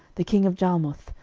the king of jarmuth,